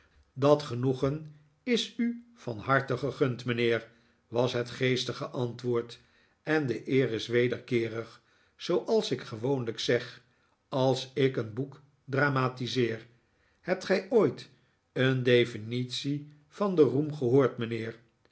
dat genoegen is u van harte gegund mijnheer was het geestige antwoord en de eer is wederkeerig zooals ik gewoonlijk zeg als ik een boek dramatiseer hebt gij ooit een definitie van den roem gehoord mijnheer